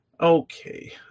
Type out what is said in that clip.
okay